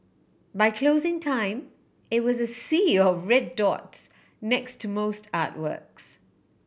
by closing time it was a sea of red dots next to most artworks